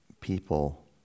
people